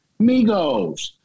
Migos